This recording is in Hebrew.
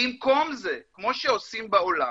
במקום זה, כמו שעושים בעולם,